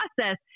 process